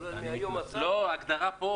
יש הגדרה.